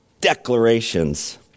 declarations